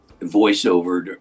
voiceover